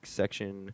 section